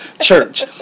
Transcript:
church